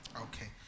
Okay